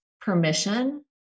permission